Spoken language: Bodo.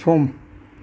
सम